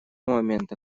момента